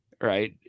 right